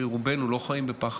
רובנו לא חיים בפחד.